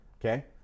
Okay